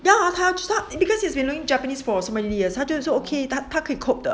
要啊她要 because she has been learning japanese for so many years 她可以 cope 的